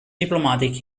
diplomatic